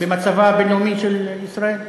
במצבה הבין-לאומי של ישראל?